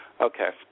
Okay